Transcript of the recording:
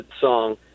song